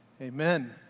amen